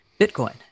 Bitcoin